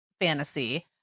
fantasy